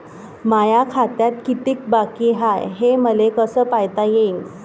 माया खात्यात कितीक बाकी हाय, हे मले कस पायता येईन?